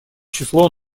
число